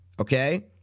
okay